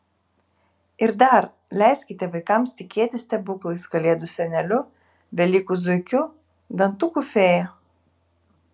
ir dar leiskite vaikams tikėti stebuklais kalėdų seneliu velykų zuikiu dantukų fėja